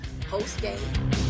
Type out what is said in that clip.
post-game